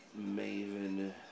Maven